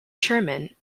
chairman